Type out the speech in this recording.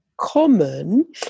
common